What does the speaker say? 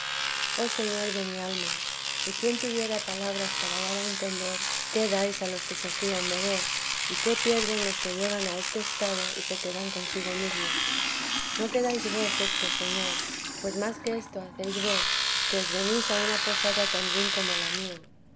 oh señor de mi alma y quién tuviera palabras para dar a entender qué dais a los que se fían de vos y qué pierden los que llegan a este estado y se quedan consigo mesmos no queráis vos esto señor pues más que esto hacéis vos que os venís a una posada tan ruin como la mía